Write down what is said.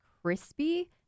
crispy